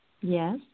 Yes